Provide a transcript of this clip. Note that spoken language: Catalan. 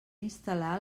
instal·lar